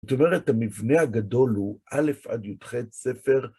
זאת אומרת, המבנה הגדול הוא א' עד י"ח ספר